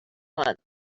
month